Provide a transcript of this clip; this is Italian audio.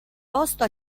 posto